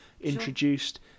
introduced